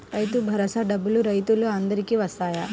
రైతు భరోసా డబ్బులు రైతులు అందరికి వస్తాయా?